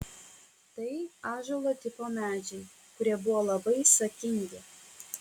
tai ąžuolo tipo medžiai kurie buvo labai sakingi